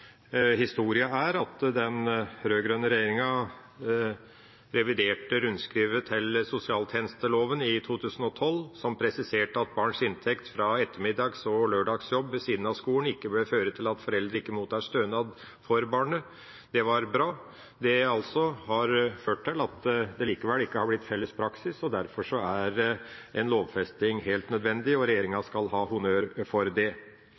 er at den rød-grønne regjeringa reviderte rundskrivet til sosialtjenesteloven i 2012 som presiserte at barns inntekt fra ettermiddags- og lørdagsjobb ved siden av skolen ikke bør føre til at foreldre ikke mottar stønad for barnet. Det var bra. Det har ført til at det likevel ikke har blitt felles praksis, og derfor er en lovfesting helt nødvendig, og regjeringa skal ha honnør for det.